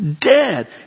Dead